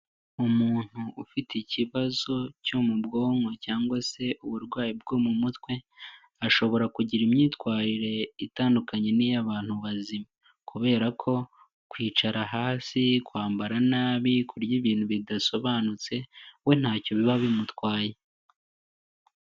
Umuntu ufite ikibazo cyo mu bwonko cyangwa se uburwayi bwo mu mutwe, ashobora kugira imyitwarire itandukanye n'iy'abantu bazima kubera ko kwicara hasi, kwambara nabi, kurya ibintu bidasobanutse we nta cyo biba bimutwaye.